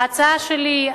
ההצעה שלי,